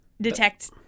detect